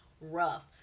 rough